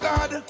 God